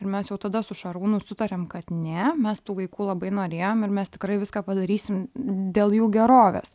ir mes jau tada su šarūnu sutarėm kad ne mes tų vaikų labai norėjom ir mes tikrai viską padarysim dėl jų gerovės